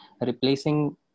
replacing